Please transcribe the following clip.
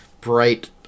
bright